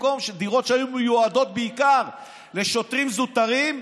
שהיו מיועדות בעיקר לשוטרים זוטרים,